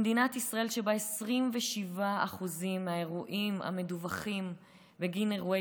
במדינת ישראל 27% מהדיווחים בגין אירועי